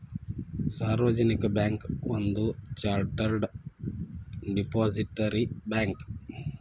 ಸಾರ್ವಜನಿಕ ಬ್ಯಾಂಕ್ ಒಂದ chartered depository bank